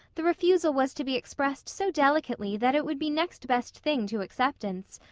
the refusal was to be expressed so delicately that it would be next best thing to acceptance,